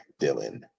Dylan